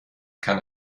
kann